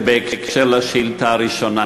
שאלה נוספת בקשר לשאלה הראשונה,